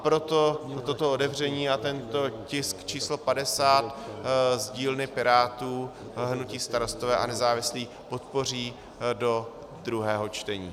Proto toto otevření a tento tisk číslo 50 z dílny Pirátů hnutí Starostové a nezávislí podpoří do druhého čtení.